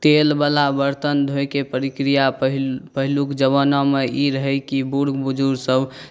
तेलबला बरतन धोइके परिक्रिया पहिल पहिलुक जबानामे ई रहै कि बूढ़ बुजुर्गसब